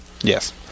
Yes